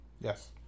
Yes